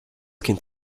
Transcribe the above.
kind